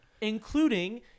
Including